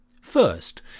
First